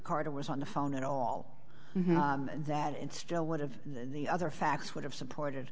carter was on the phone at all that it still would have the other facts would have supported